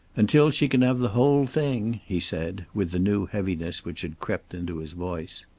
until she can have the whole thing, he said, with the new heaviness which had crept into his voice.